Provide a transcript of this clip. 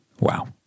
Wow